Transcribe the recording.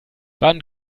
wann